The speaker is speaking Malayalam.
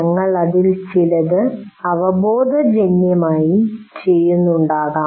ഞങ്ങൾ അതിൽ ചിലത് അവബോധജന്യമായി ചെയ്യുന്നുണ്ടാകാം